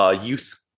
youth